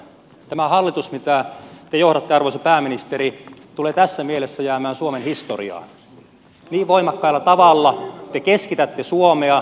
tämä hallitus mitä te johdatte arvoisa pääministeri tulee tässä mielessä jäämään suomen historiaan niin voimakkaalla tavalla te keskitätte suomea